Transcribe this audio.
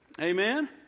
amen